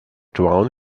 drown